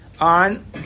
On